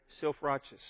self-righteous